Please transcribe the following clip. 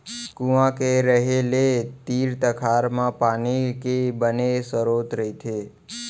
कुँआ के रहें ले तीर तखार म पानी के बने सरोत रहिथे